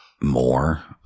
more